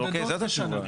אוקיי, זאת התשובה.